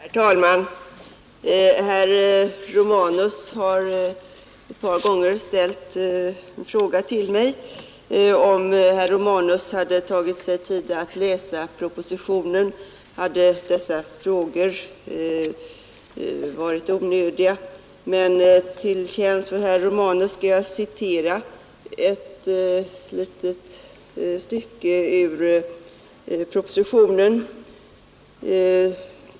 Herr talman! Herr Romanus har ett par gånger ställt frågor till mig. Om herr Romanus hade tagit sig tid att läsa propositionen hade dessa frågor varit onödiga, men till tjänst för herr Romanus skall jag citera ett litet stycke ur propositionen.